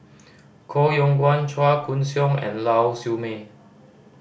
Koh Yong Guan Chua Koon Siong and Lau Siew Mei